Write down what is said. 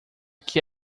que